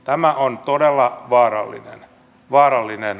tämä on todella vaarallinen kuvio